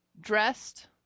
dressed